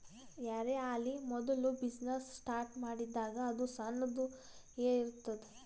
ಯಾರೇ ಆಲಿ ಮೋದುಲ ಬಿಸಿನ್ನೆಸ್ ಸ್ಟಾರ್ಟ್ ಮಾಡಿದಾಗ್ ಅದು ಸಣ್ಣುದ ಎ ಇರ್ತುದ್